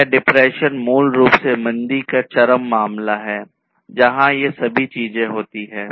यह डिप्रेशन मूल रूप से मंदी का चरम मामला है जहां ये सभी चीजें होती है